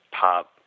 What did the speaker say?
pop